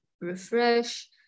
refresh